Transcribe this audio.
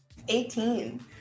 18